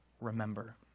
remember